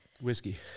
Whiskey